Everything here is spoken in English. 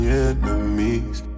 enemies